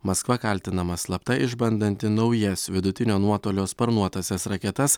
maskva kaltinama slapta išbandanti naujas vidutinio nuotolio sparnuotąsias raketas